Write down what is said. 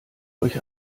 euch